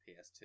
PS2